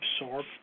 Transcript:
absorb